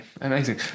amazing